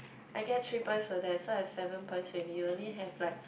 I get three points for that so I seven points already you only have like